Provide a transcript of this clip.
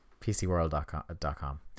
PCWorld.com